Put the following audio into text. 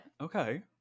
Okay